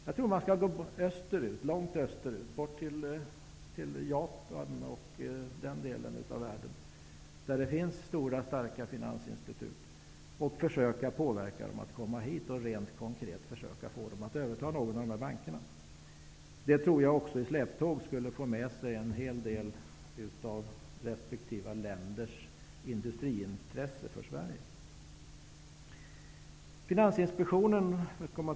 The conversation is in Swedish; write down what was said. Jag tror att man skall gå långt österut, bort till Japan och den delen av världen, där det finns stora starka finansinstitut, och försöka påverka dem att komma hit och rent konkret överta någon av våra banker. Det skulle nog i släptåg få med sig en hel del av respektive länders industriintresse för Sverige.